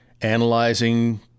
analyzing